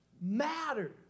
matters